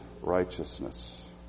righteousness